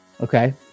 okay